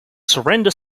surrender